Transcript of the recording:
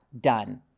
done